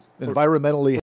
Environmentally